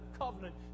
covenant